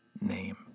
name